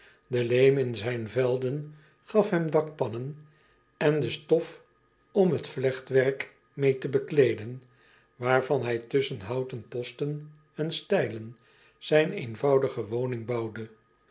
de leem in zijn velden gaf hem dakpannen en de stof om het vlechtwerk meê te bekleeden waarvan hij tusschen houten posten en stijlen zijn eenvoudige